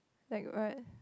like what